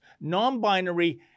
non-binary